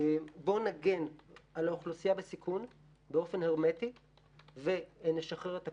בואו נגן על האוכלוסייה בסיכון באופן הרמטי ונשחרר את הכלכלה,